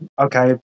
okay